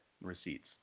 receipts